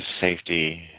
safety